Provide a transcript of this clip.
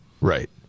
Right